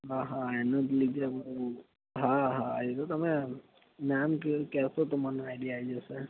હા હા એના લીધે હું હા હા એ તો તમે નામ કે કહેશો તો મને આઈડિયા આવી જશે